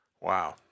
Wow